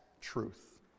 truth